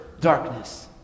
darkness